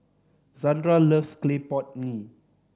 Zandra loves clay pot mee